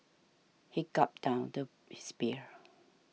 he gulped down the his beer